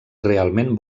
realment